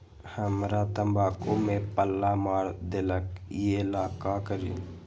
हमरा तंबाकू में पल्ला मार देलक ये ला का करी?